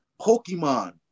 Pokemon